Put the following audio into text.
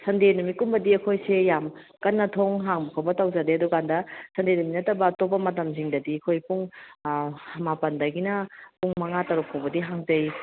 ꯁꯟꯗꯦ ꯅꯨꯃꯤꯠꯀꯨꯝꯕꯗꯤ ꯑꯩꯈꯣꯏꯁꯦ ꯌꯥꯝ ꯀꯟꯅ ꯊꯣꯡ ꯍꯥꯡꯕ ꯈꯣꯠꯄ ꯇꯧꯖꯗꯦ ꯑꯗꯨꯀꯥꯟꯗ ꯁꯟꯗꯦ ꯅꯠꯇꯕ ꯑꯇꯣꯞꯄ ꯃꯇꯝꯁꯤꯡꯗꯗꯤ ꯑꯩꯈꯣꯏ ꯄꯨꯡ ꯃꯥꯄꯟꯗꯒꯤꯅ ꯄꯨꯡ ꯃꯉꯥ ꯇꯔꯨꯛ ꯐꯥꯎꯕꯗꯤ ꯍꯥꯡꯖꯩ